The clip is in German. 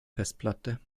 festplatte